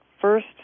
first